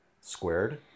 squared